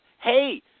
hey